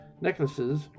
necklaces